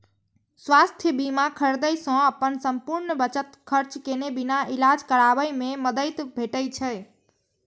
स्वास्थ्य बीमा खरीदै सं अपन संपूर्ण बचत खर्च केने बिना इलाज कराबै मे मदति भेटै छै